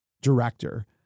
director